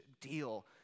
deal